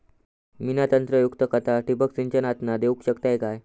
मी नत्रयुक्त खता ठिबक सिंचनातना देऊ शकतय काय?